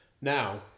Now